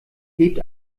gebt